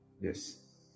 Yes